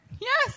yes